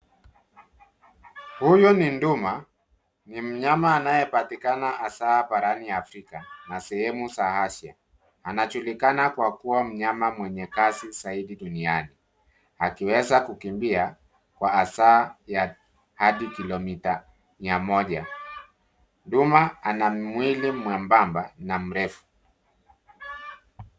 Huyu ni duma. Ni mnyama anayepatikana hasa barani Afrika na sehemu za Asia. Anajulikana kwa kuwa mnyama mwenye kasi zaidi duniani. Akiweza kukimbia kwa saa hadii kilomita mia moja. Duma ana mwili mwembamba na mrefu.